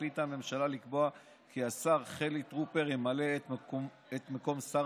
החליטה הממשלה לקבוע כי השר חילי טרופר ימלא את מקום שר